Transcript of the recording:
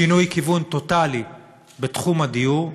שינוי כיוון טוטלי בתחום הדיור.